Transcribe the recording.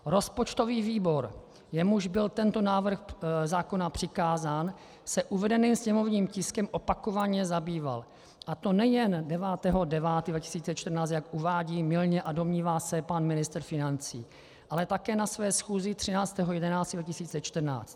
Rozpočtový výbor, jemuž byl tento návrh zákona přikázán, se uvedeným sněmovním tiskem opakovaně zabýval, a to nejen 9. 9. 2014, jak uvádí mylně a domnívá se pan ministr financí, ale také na své schůzi 13. 11. 2014.